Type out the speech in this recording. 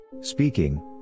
Speaking